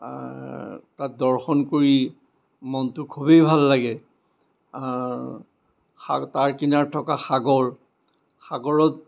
তাত দৰ্শন কৰি মনটোক খুবেই ভাল লাগে সাগ তাৰ কিনাৰত থকা সাগৰ সাগৰত